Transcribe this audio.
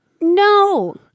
No